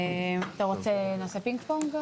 אתה רוצה שנעשה פינג פונג,